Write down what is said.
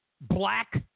black